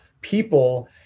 people